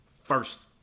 first